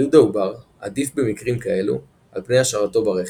יילוד העובר עדיף במקרים כאלו על פני השארתו ברחם.